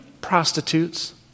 Prostitutes